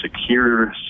secure